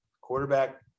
Quarterback